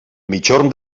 migjorn